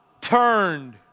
turned